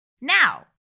Now